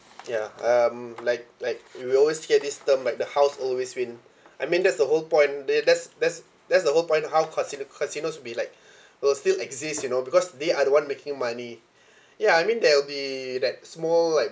ya um like like we will always hear this term like the house always win I mean that's the whole point the that's that's that's the whole point how casino casinos will be like will still exist you know because they are the one making money ya I mean there'll be that small like